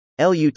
LUT